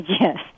yes